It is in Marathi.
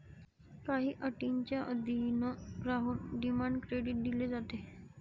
काही अटींच्या अधीन राहून डिमांड क्रेडिट दिले जाते